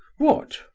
what,